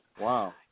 Wow